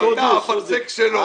--- במטע האפרסק שלו.